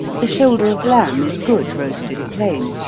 the shoulder of lamb is good roasted plain,